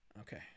Okay